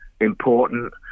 important